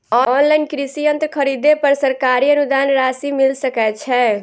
Online कृषि यंत्र खरीदे पर सरकारी अनुदान राशि मिल सकै छैय?